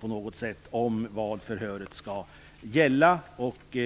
på något sätt tas om hand vad förhöret skall gälla.